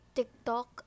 TikTok